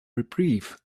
reprieve